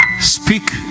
speak